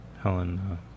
Helen